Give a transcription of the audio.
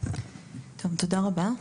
תודה רבה,